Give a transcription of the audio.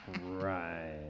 Right